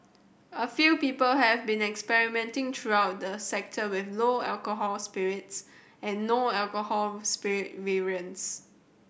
a few people have been experimenting throughout the sector with lower alcohol spirits and no alcohol spirit variants